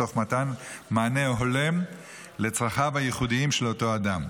תוך מתן מענה הולם לצרכיו הייחודים של אותו אדם.